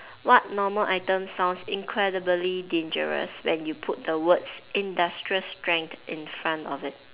what normal items sounds incredibly dangerous when you put the words industrial strength in front of it